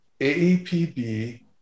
AEPB